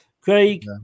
Craig